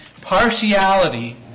partiality